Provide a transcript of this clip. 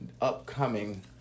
upcoming